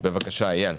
בבקשה, אייל.